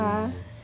mm